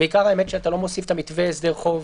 בעיקר שאתה לא מוסיף את המתווה להסדר חוב.